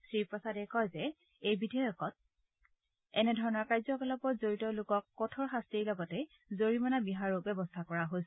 শ্ৰীপ্ৰসাদে কয় যে এই বিধেয়কত এনেধৰণৰ কাৰ্যকলাপত জড়িত লোকক কঠোৰ শাস্তিৰ লগতে জৰিমনা বিহাৰো ব্যৱস্থা কৰা হৈছে